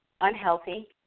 unhealthy